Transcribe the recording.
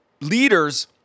leaders